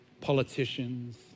politicians